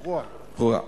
ברור.